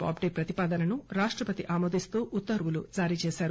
బాబ్లే ప్రతిపాదనను రాష్టపతి ఆమోదిస్తూ ఉత్తర్వులు జారీచేశారు